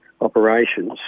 Operations